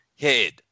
head